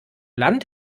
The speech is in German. land